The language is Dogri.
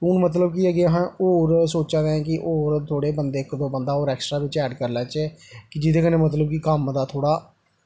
हून मतलब कि अग्गें अस होर सोचा दे आं कि होर थोह्ड़े होर इक दो बंदा होर ऐक्सट्रा बिच्च ऐड करी लैच्चै कि जेह्दे कन्नै मतलब कि कम्म दा थोह्ड़ा